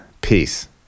Peace